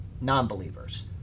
non-believers